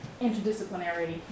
interdisciplinary